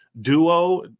duo